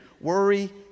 worry